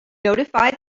notified